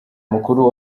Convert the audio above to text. mukuru